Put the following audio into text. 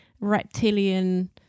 reptilian